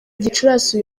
gicurasi